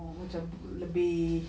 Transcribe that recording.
macam lebih